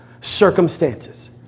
circumstances